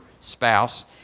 spouse